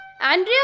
Andrea